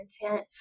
intent